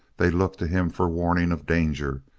they looked to him for warning of danger.